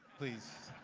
please.